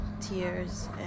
tears